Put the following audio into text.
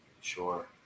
sure